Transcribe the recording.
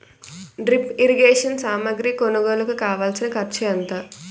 drip irrigation సామాగ్రి కొనుగోలుకు కావాల్సిన ఖర్చు ఎంత